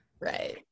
Right